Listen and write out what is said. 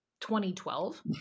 2012